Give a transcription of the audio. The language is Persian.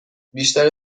بیشتر